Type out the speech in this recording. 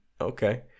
Okay